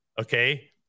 Okay